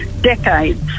decades